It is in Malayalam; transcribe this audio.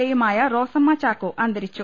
എ യുമായ റോസമ്മ ചാക്കോ അന്തരിച്ചു